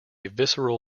visceral